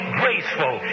graceful